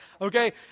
Okay